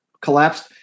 collapsed